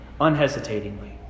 unhesitatingly